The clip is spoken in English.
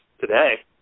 today